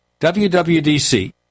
wwdc